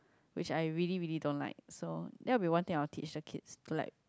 which I really really don't like so that will be one thing I will teach the kids to like